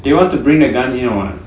they want to bring the gun in or what